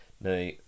now